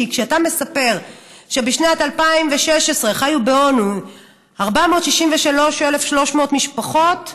כי כשאתה מספר שבשנת 2016 חיו בעוני 463,300 משפחות,